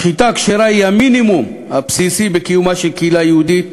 השחיטה הכשרה היא המינימום הבסיסי בקיומה של קהילה יהודית